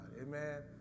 Amen